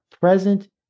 present